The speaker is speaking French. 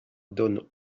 donnent